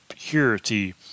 Purity